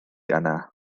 yna